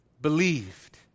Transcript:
believed